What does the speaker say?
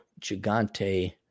Gigante